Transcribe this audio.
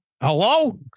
Hello